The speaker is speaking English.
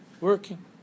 working